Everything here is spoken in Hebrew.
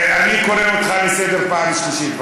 אני קורא אותך לסדר פעם שלישית.